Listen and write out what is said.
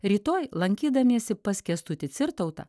rytoj lankydamiesi pas kęstutį cirtautą